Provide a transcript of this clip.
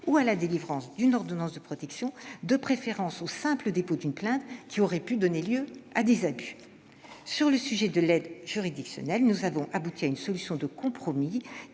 ou à la délivrance d'une ordonnance de protection, de préférence au simple dépôt d'une plainte, qui aurait pu donner lieu à des abus. En ce qui concerne l'aide juridictionnelle, nous avons abouti à une solution de compromis,